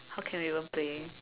how can we even play